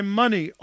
money